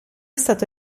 stato